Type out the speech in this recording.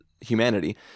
humanity